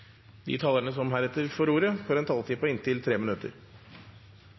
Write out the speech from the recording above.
De talere som heretter får ordet, har en taletid på inntil 3 minutter.